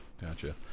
gotcha